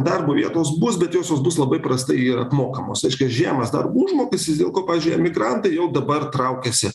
darbo vietos bus bet josios bus labai prastai apmokamos reiškias žemas darbo užmokestis dėl ko pavyzdžiui emigrantai jau dabar traukiasi